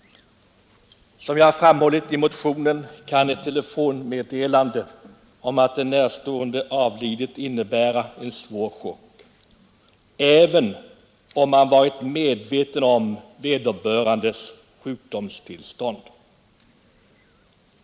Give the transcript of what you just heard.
Som jag framhållit i motionen kan ett meddelande om att en närstående avlidit innebära en svår chock även om man varit medveten om vederbörandes sjukdomstillstånd.